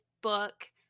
book